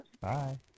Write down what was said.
Bye